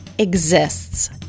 Exists